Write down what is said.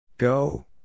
go